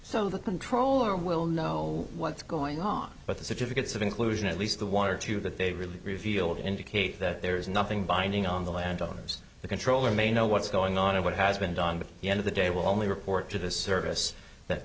so the controller will know what's going on but the search of a gets of inclusion at least the one or two that they really revealed indicate that there is nothing binding on the landowners the controller may know what's going on and what has been done by the end of the day will only report to the service that